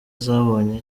zabonye